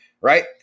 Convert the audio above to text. right